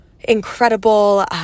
incredible